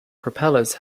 propellers